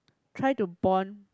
try to bond